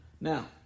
Now